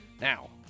Now